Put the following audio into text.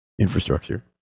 infrastructure